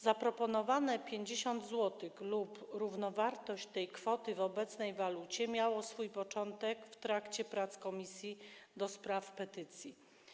Zaproponowane 50 zł lub równowartość tej kwoty w obcej walucie miało swój początek w trakcie prac Komisji do Spraw Petycji.